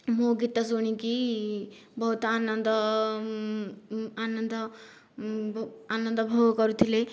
ମୋ ଗୀତ ଶୁଣିକି ବହୁତ ଆନନ୍ଦ ଆନନ୍ଦ ଆନନ୍ଦ ଭୋଗ କରୁଥିଲେ